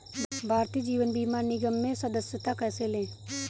भारतीय जीवन बीमा निगम में सदस्यता कैसे लें?